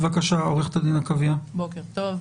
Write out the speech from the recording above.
בוקר טוב.